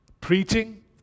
preaching